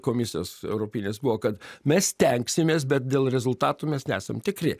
komisijos europinės buvo kad mes stengsimės bet dėl rezultatų mes nesam tikri